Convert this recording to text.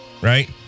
right